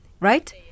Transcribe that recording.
right